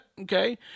okay